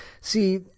See